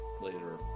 later